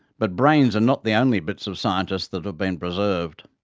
but brains are not the only bits of scientists that have been preserved.